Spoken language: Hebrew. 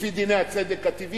לפי דיני הצדק הטבעי?